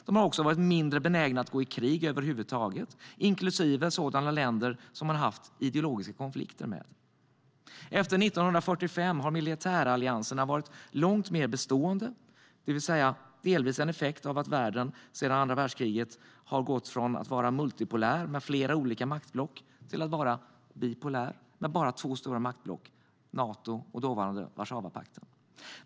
De har också varit mindre benägna att gå i krig över huvud taget, inklusive med sådana länder som de har haft ideologiska konflikter med. Efter 1945 har militärallianserna varit långt mer bestående. Det har delvis varit en effekt av att världen sedan andra världskriget har gått från att vara multipolär med flera olika maktblock till att vara bipolär med bara två stora maktblock, Nato och dåvarande Warszawapakten.